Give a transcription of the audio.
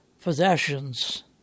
possessions